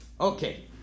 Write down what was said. Okay